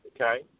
okay